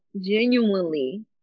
genuinely